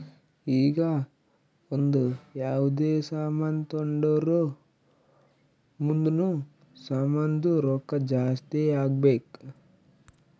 ಈಗ ಒಂದ್ ಯಾವ್ದೇ ಸಾಮಾನ್ ತೊಂಡುರ್ ಮುಂದ್ನು ಸಾಮಾನ್ದು ರೊಕ್ಕಾ ಜಾಸ್ತಿ ಆಗ್ಬೇಕ್